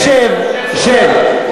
אז שב, שב.